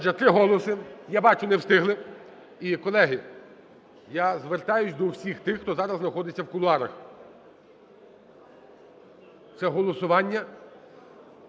три голоси, я бачу, не встигли. І, колеги, я звертаюся до всіх тих, хто зараз знаходиться в кулуарах. Це голосування,